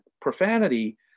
profanity